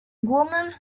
women